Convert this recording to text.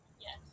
Yes